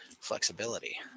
flexibility